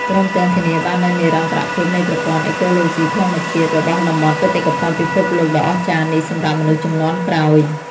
ព្រមទាំងធានាបាននូវនិរន្តរភាពនៃប្រព័ន្ធអេកូឡូស៊ីធម្មជាតិ របស់តំបន់បេតិកភណ្ឌពិភពលោកដ៏អស្ចារ្យនេះសម្រាប់មនុស្សជំនាន់ក្រោយ។